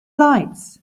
lights